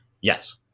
Yes